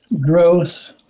growth